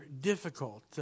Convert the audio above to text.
difficult